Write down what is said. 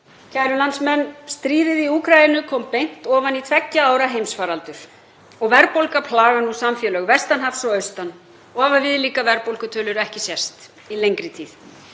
Kæru landsmenn. Stríðið í Úkraínu kom beint ofan í tveggja ára heimsfaraldur og verðbólga plagar nú samfélög vestan hafs og austan og hafa viðlíka verðbólgutölur ekki sést í lengri tíð.